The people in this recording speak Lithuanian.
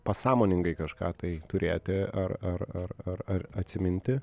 pasąmoningai kažką tai turėti ar ar ar ar ar atsiminti